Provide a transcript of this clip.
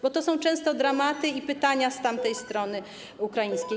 Bo to są często dramaty i pytania ze strony ukraińskiej.